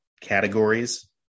categories